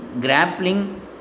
grappling